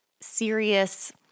serious